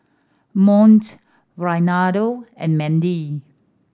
Mont Reynaldo and Mandie